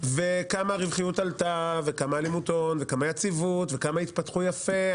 כמה הרווחיות עלתה, כמה היציבות וכמה התפתחו יפה.